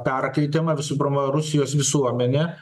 perkaitimą visų pirma rusijos visuomenė